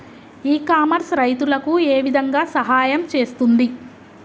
ఇ commerce రైతులకు ఏ విధంగా సహాయం చేస్తుంది?